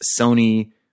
Sony